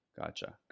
Gotcha